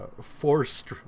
forced